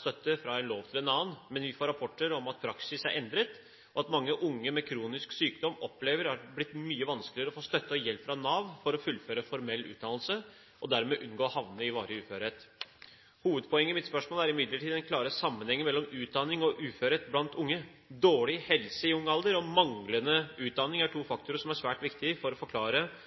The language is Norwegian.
støtte fra en lov til en annen, men vi får rapporter om at praksis er endret, og at mange unge med kronisk sykdom opplever at det har blitt mye vanskeligere å få støtte og hjelp fra Nav for å fullføre formell utdannelse og dermed unngå å havne i varig uførhet. Hovedpoenget i mitt spørsmål er imidlertid den klare sammenhengen mellom utdanning og uførhet blant unge. Dårlig helse i ung alder og manglende utdanning er to faktorer som er svært viktig for å forklare